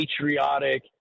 patriotic